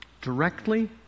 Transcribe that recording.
Directly